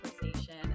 conversation